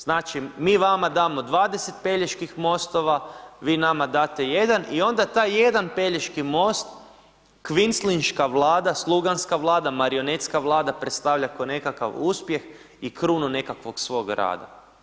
Znači, mi vama damo 20 Peljeških mostova, vi nama date jedan, i onda taj jedan Pelješki most kvislingška vlada, sluganska vlada, marionetska vlada, predstavlja kao nekakav uspjeh i krunu nekakvog svog rada.